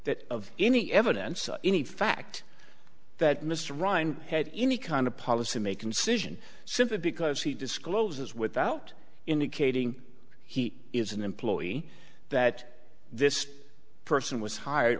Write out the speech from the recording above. that of any evidence any fact that mr rhine had any kind of policy make incision simply because he discloses without indicating he is an employee that this person was hired